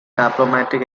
diplomatic